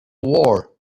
war